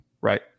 right